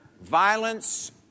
violence